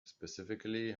specifically